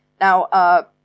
Now